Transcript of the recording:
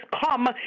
come